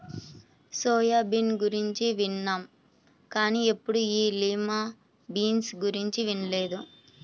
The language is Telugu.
సోయా బీన్ గురించి విన్నాం కానీ ఎప్పుడూ ఈ లిమా బీన్స్ గురించి వినలేదు